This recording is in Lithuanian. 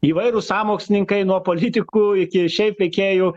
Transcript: įvairūs sąmokslininkai nuo politikų iki šiaip veikėjų